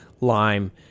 lime